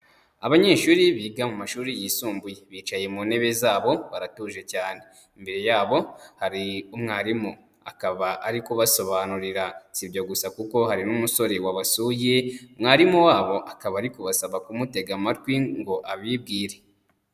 Abanyeshuri biga mu mashuri yisumbuye, bicaye mu ntebe zabo baratuje cyane; imbere yabo hari umwarimu akaba ari kubasobanurira, si ibyo gusa, kuko hari n'umusore wabasuye, mwarimu wabo akaba ari kubasaba kumutega amatwi ngo abibwire.